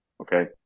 okay